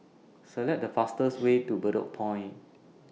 Select The fastest Way to Bedok Point